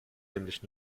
nämlich